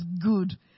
good